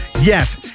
Yes